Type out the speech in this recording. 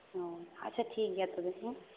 ᱦᱚᱸ ᱟᱪᱪᱷᱟ ᱴᱷᱤᱠᱜᱮᱭᱟ ᱛᱚᱵᱮ ᱦᱮᱸ